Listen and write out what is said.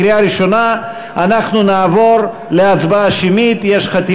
אושרה בקריאה הראשונה ותועבר לוועדת הכספים להכנה לקריאה שנייה ושלישית.